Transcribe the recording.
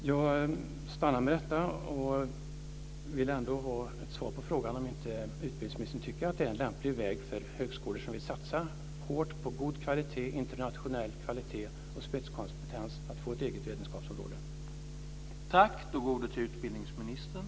Jag stannar med detta och vill ändå ha ett svar på frågan om utbildningsministern inte tycker att det är en lämplig väg att gå att högskolor som vill satsa hårt på god kvalitet, internationell kvalitet och spetskompetens får ett eget vetenskapsområde.